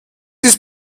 ist